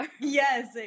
Yes